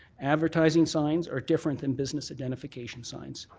advertising signs are different than business identification signs.